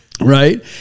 Right